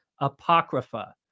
Apocrypha